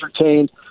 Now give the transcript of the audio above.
entertained